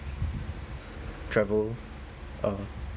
travel uh